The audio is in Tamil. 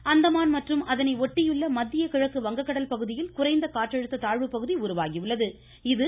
வானிலை அந்தமான் மற்றும் அதனை ஒட்டியுள்ள மத்திய கிழக்கு வங்க கடல் பகுதியில் குறைந்த காற்றழுத்த தாழ்வு பகுதி உருவாகி உள்ளது